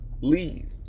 leave